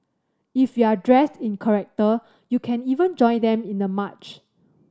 if you're dressed in character you can even join them in the march